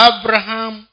Abraham